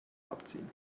abziehen